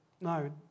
No